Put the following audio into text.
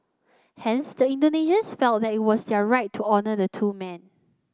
hence the Indonesians felt that it was their right to honour the two men